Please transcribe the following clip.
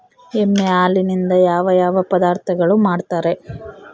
ಎಮ್ಮೆ ಹಾಲಿನಿಂದ ಯಾವ ಯಾವ ಪದಾರ್ಥಗಳು ಮಾಡ್ತಾರೆ?